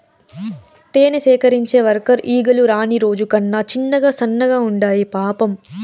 తేనె సేకరించే వర్కర్ ఈగలు రాణి రాజు కన్నా చిన్నగా సన్నగా ఉండాయి పాపం